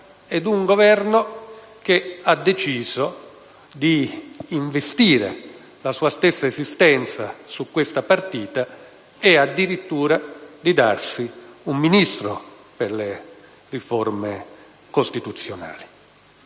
di un Governo che ha deciso di investire la sua stessa esistenza su questa partita e addirittura di darsi un Ministro per le riforme costituzionali.